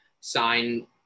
sign